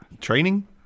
Training